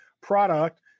product